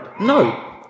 No